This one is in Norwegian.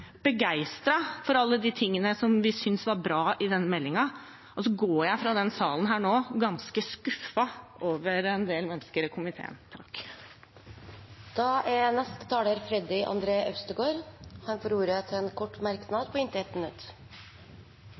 for alle de tingene som vi syntes var bra i denne meldingen, og så går jeg fra denne salen nå – ganske skuffet over en del mennesker i komiteen. Representanten Freddy André Øvstegård har hatt ordet to ganger tidligere og får ordet til en kort merknad, begrenset til 1 minutt.